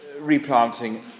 replanting